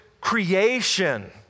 creation